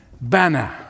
Banner